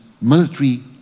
military